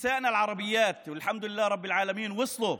שהנשים הערביות שלנו הגיעו,